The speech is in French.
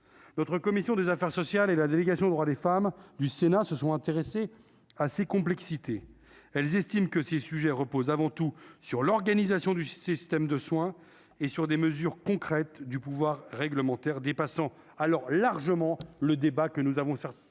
notre commission des affaires sociales et la délégation aux droits des femmes du Sénat se sont intéressés à ses complexités, elles estiment que si sujets repose avant tout sur l'organisation du système de soins et sur des mesures concrètes du pouvoir réglementaire dépassant alors largement le débat que nous avons cet